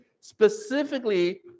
specifically